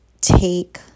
take